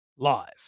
Live